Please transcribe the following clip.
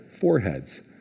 foreheads